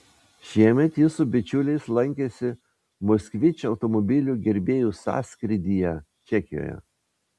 šiemet jis su bičiuliais lankėsi moskvič automobilių gerbėjų sąskrydyje čekijoje